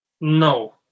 No